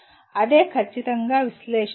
అదే ఖచ్చితంగా విశ్లేషించడం